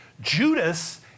Judas